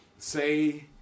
Say